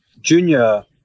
Junior